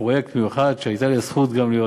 בפרויקט מיוחד שהייתה לי הזכות גם להיות